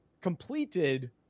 completed